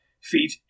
feet